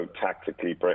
tactically